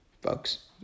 folks